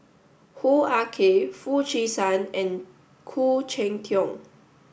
Hoo Ah Kay Foo Chee San and Khoo Cheng Tiong